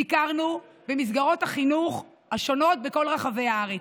ביקרנו במסגרות החינוך השונות בכל רחבי הארץ.